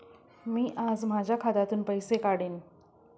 मी आज माझ्या खात्यातून पैसे काढेन